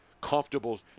Comfortable